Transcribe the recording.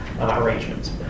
arrangements